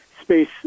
space